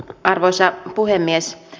arvoisa puhemies